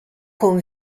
con